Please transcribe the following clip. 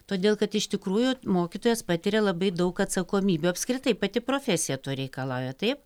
todėl kad iš tikrųjų mokytojas patiria labai daug atsakomybių apskritai pati profesija to reikalauja taip